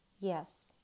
Yes